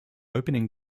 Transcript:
opening